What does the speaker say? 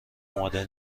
آماده